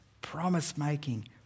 promise-making